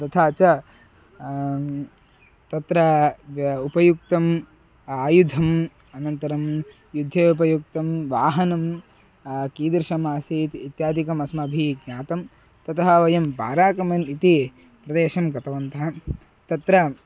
तथा च तत्र उपयुक्तम् आयुधम् अनन्तरं युद्धे उपयुक्तं वाहनं कीदृशमासीत् इत्यादिकम् अस्माभिः ज्ञातं ततः वयं पाराकमन् इति प्रदेशं गतवन्तः तत्र